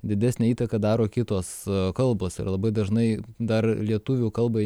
didesnę įtaką daro kitos kalbos ir labai dažnai dar lietuvių kalbai